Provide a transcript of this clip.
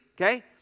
okay